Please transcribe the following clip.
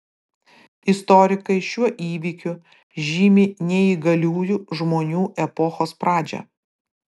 istorikai šiuo įvykiu žymi neįgaliųjų žmonių epochos pradžią